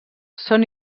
són